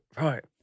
right